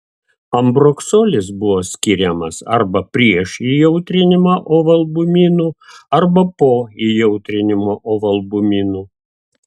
ambroksolis buvo skiriamas arba prieš įjautrinimą ovalbuminu arba po įjautrinimo ovalbuminu